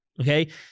Okay